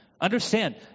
understand